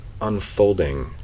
unfolding